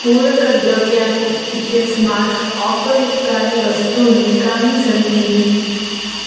पूरकद्रव्याणि इत्यस्मात् ओफर् युक्तानि वस्तूनि कानि सन्ति